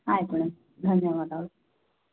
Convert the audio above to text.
ಆಯ್ತು ಮೇಡಮ್ ಧನ್ಯವಾದಗಳು